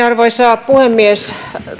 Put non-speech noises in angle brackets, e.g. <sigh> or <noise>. <unintelligible> arvoisa puhemies